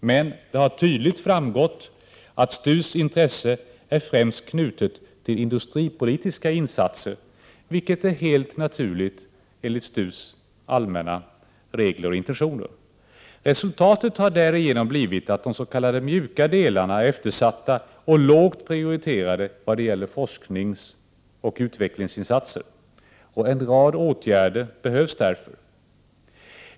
Men det har tydligt framgått att STU:s intresse främst är knutet till industripolitiska insatser. Detta är helt naturligt, enligt STU:s allmänna regler och intentioner. Resultatet har därigenom blivit att de s.k. mjuka delarna är eftersatta och lågt prioriterade vad gäller forskningsoch utvecklingsinsatser. En rad åtgärder behövs därför.